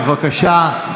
בבקשה.